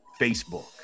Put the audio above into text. Facebook